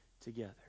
together